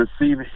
receive